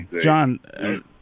john